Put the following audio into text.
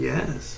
Yes